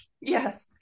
yes